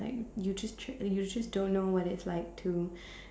like you to to you just don't know what it's like to